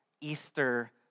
Easter